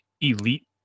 elite